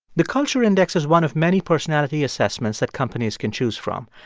the culture index is one of many personality assessments that companies can choose from.